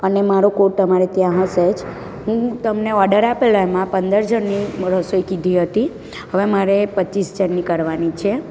અને મારો કોટ તમારે ત્યાં હશે જ હું તમને ઓર્ડર આપેલો એમાં પંદર જણની રસોઈ કીધી હતી હવે મારે પચીસ જણની કરવાની છે